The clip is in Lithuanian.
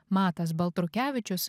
matas baltrukevičius